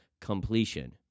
completion